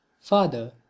Father